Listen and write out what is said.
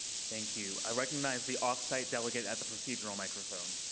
thank you. i recognize the off-site delegate at the procedural microphone.